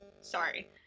sorry